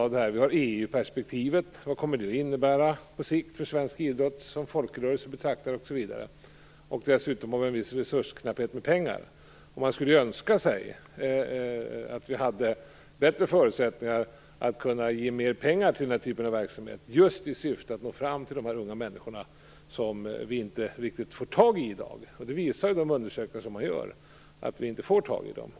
Vi har EU-perspektivet; vad kommer det att innebära på sikt för svensk idrott, som folkrörelse betraktad? Dessutom har vi en viss ekonomisk resursknapphet. Man skulle önska att vi hade bättre förutsättningar att ge mer pengar till den här typen av verksamhet, just i syfte att nå fram till de unga människor som vi i dag inte får tag i. De undersökningar som görs visar att vi inte får tag i dem.